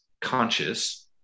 conscious